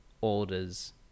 orders